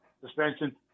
suspension